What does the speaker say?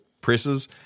presses